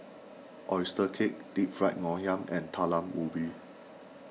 Oyster Cake Deep Fried Ngoh Hiang and Talam Ubi